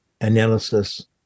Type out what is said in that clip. analysis